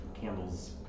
candles